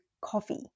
coffee